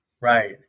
Right